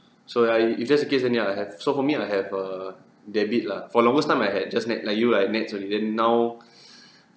so ya if if that's the case then ya I have so for me I have a debit lah for longest time I had just NETS like you lah like NETS only than now